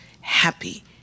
happy